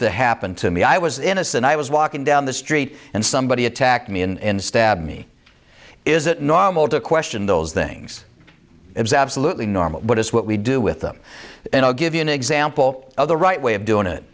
to happen to me i was innocent i was walking down the street and somebody attacked me in stab me is it normal to question those things it is absolutely normal but it's what we do with them and i'll give you an example of the right way of doing it